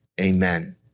amen